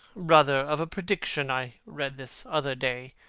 brother, of a prediction i read this other day,